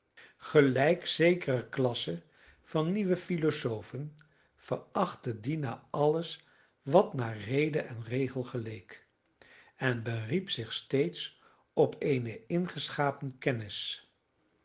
gelijk zekere klasse van nieuwe philosofen verachtte dina alles wat naar rede en regel geleek en beriep zich steeds op eene ingeschapen kennis